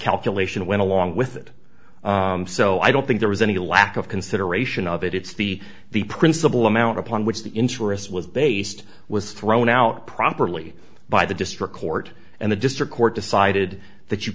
calculation went along with it so i don't think there was any lack of consideration of it it's the the principle amount upon which the interest was based was thrown out properly by the district court and the district court decided that you